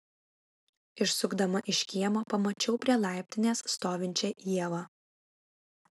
išsukdama iš kiemo pamačiau prie laiptinės stovinčią ievą